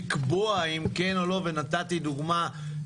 לאחר שלוש שנים אני שמח שהסכמתם לקחת על עצמכם את המשימה.